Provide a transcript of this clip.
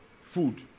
food